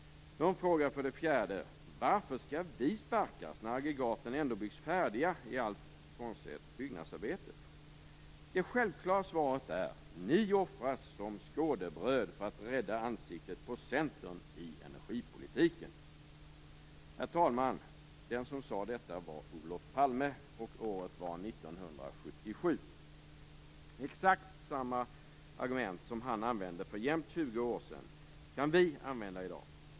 De frågar för det fjärde: Varför skall vi sparkas när aggregaten ändå byggs färdiga i allt frånsett byggnadsarbetet? Det självklara svaret är: Ni offras som skådebröd för att rädda ansiktet på Centern i energipolitiken. Herr talman! Den som sade detta var Olof Palme, och året var 1977. Exakt samma argument som han använde för jämnt 20 år sedan, kan vi använda i dag.